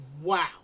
Wow